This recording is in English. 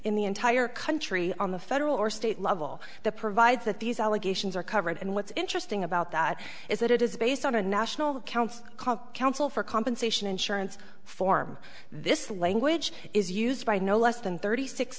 in the entire country on the federal or state level that provides that these allegations are covered and what's interesting about that is that it is based on a national accounts counsel for compensation insurance form this language is used by no less than thirty six